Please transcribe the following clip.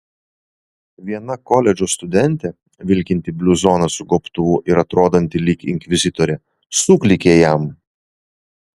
viena koledžo studentė vilkinti bluzoną su gobtuvu ir atrodanti lyg inkvizitorė suklykė jam